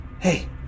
hey